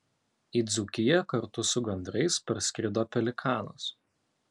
į dzūkiją kartu su gandrais parskrido pelikanas